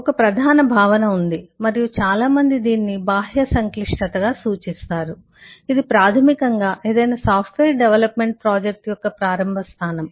ఒక ప్రధాన భావన ఉంది మరియు చాలా మంది దీనిని బాహ్య సంక్లిష్టతగా సూచిస్తారు ఇది ప్రాథమికంగా ఏదైనా సాఫ్ట్వేర్ డెవలప్మెంట్ ప్రాజెక్ట్ యొక్క ప్రారంభ స్థానం